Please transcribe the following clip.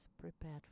prepared